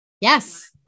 Yes